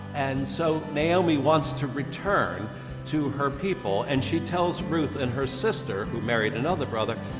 and so naomi wants to return to her people, and she tells ruth and her sister who married another brother,